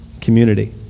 community